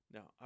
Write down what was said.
Now